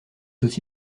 aussi